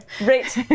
Right